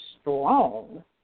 strong